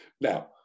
Now